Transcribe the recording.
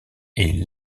est